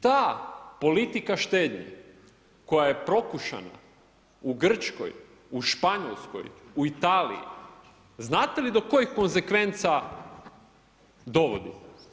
Ta politika štednje koja je prokušana u Grčkoj, u Španjolskoj, u Italiji, znate li do kojih konzekvenca dovodi?